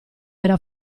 era